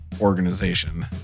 Organization